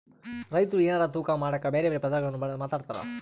ರೈತ್ರು ಎನಾರ ತೂಕ ಮಾಡಕ ಬೆರೆ ಬೆರೆ ಪದಗುಳ್ನ ಮಾತಾಡ್ತಾರಾ